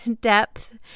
depth